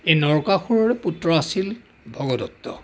এই নৰকাসুৰৰ পুত্ৰ আছিল ভগদত্ত